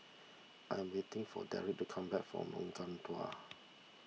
I am waiting for Derrick to come back from Lengkong Dua